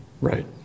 Right